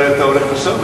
אולי אתה הולך לשם,